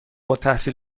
التحصیل